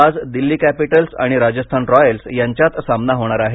आज दिल्ली कॅपिटल्स आणि राजस्थान रॉयल्स यांच्यात सामना होणार आहे